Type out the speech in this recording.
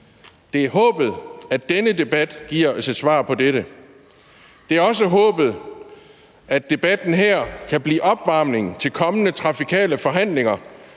Det er håbet, at denne debat giver os et svar på dette. Det er også håbet, at debatten her kan blive opvarmning til kommende trafikale forhandlinger,